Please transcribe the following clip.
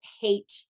hate